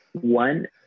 one